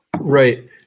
Right